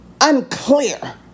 unclear